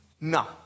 No